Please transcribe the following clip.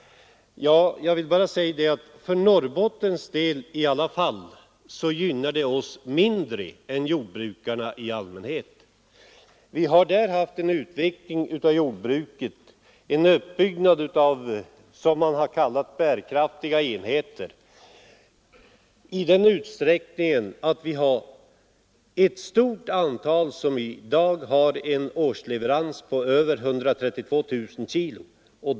Jag vill dock säga att detta gynnar oss i Norrland mindre än jordbrukarna i allmänhet. I Norrland har förekommit en uppbyggnad av vad som kallas bärkraftiga enheter i en sådan utsträckning att det finns ett stort antal jordbruk som i dag har en årsleverans på över 132 000 kg.